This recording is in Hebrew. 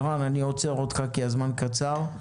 עירן אני עוצר אותך כי הזמן קצר.